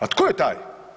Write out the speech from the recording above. A tko je taj?